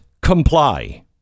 comply